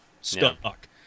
stuck